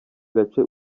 gace